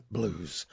Blues